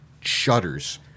shudders